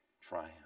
triumph